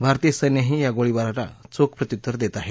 भारतीय सैन्यही या गोळीबाराला चोख प्रत्युत्तर देत आहे